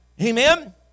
Amen